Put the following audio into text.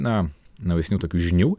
na naujesnių tokių žinių